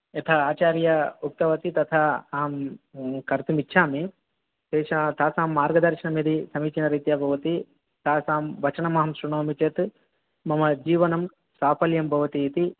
यथा आचार्या उक्तवती तथा अहं कर्तुमिच्छामि तेषां तासां मार्गदर्शनं यदि समीचिनरीत्या भवति तासां वचनमहं श्रुणोमि चेत् मम जीवनं साफल्यं भवतीति